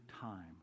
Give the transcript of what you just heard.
time